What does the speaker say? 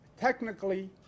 technically